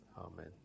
amen